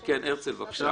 כן, הרצל, בבקשה.